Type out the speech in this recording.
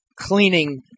cleaning